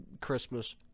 Christmas